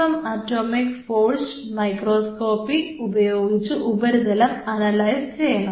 M atomic force microscopy ഉപയോഗിച്ച് ഉപരിതലം analyse ചെയ്യണം